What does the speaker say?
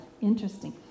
interesting